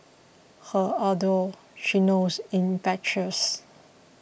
her ardour she knows infectious